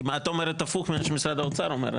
כי את אומרת הפוך ממה שמשרד אומר.